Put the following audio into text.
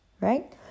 Right